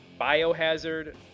Biohazard